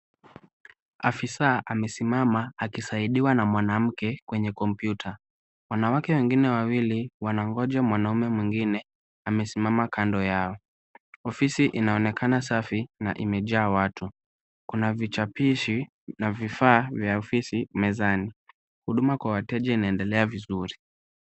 Afisa amesimama akisaidiwa na mwanamke kwenye kompyuta. Wanawake wengine wawili wanagonja mwanaume mwingine amesimama kando yao. Ofisi inaonekana safi na imejaa watu. Kuna vichapishi na vifaa vya ofisi mezani. Huduma kwa wateja inaendelea vizuri.